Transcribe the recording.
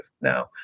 Now